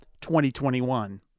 2021